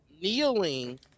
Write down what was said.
kneeling